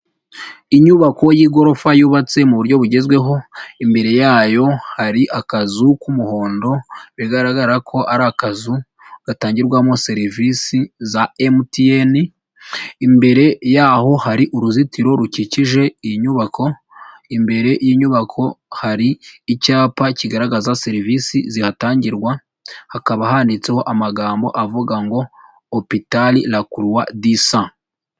Inyubako y'igorofa yubatse mu buryo bugezweho imbere yayo hari akazu k'umuhondo bigaragara ko ari akazu gatangirwamo serivisi za MTN, imbere yaho hari uruzitiro rukikije iyi nyubako imbere y'inyubako hari icyapa kigaragaza serivisi zihatangirwa hakaba handitseho amagambo avuga ngo Hopital la croix du sud.